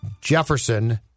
Jefferson